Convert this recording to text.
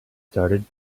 started